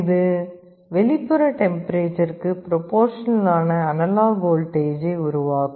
இது வெளிப்புற டெம்பரேச்சருக்கு ப்ரொபோர்ஷனல் ஆன அனலாக் வோல்டேஜை உருவாக்கும்